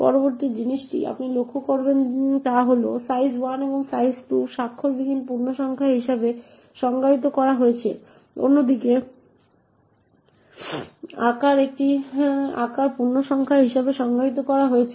পরবর্তী জিনিসটি আপনি লক্ষ্য করবেন তা হল সাইজ 1 এবং সাইজ 2 স্বাক্ষরবিহীন পূর্ণসংখ্যা হিসাবে সংজ্ঞায়িত করা হয়েছে অন্যদিকে আকার একটি আকার পূর্ণসংখ্যা হিসাবে সংজ্ঞায়িত করা হয়েছে